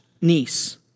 niece